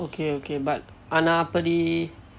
okay okay but ஆனா அப்படி:aanaa appadi